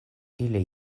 ili